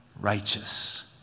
righteous